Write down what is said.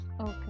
Okay